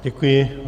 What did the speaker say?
Děkuji.